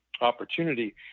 opportunity